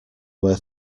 were